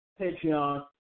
Patreon